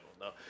No